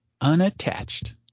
unattached